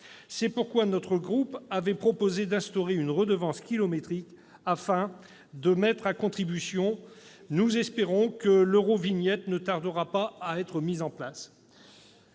ce texte. Notre groupe avait proposé d'instaurer une redevance kilométrique, afin de les mettre à contribution. Espérons que l'Eurovignette ne tardera pas à être mise en place.